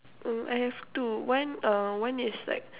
mm I have two one um one is like